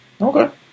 Okay